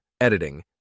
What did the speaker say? editing